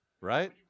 Right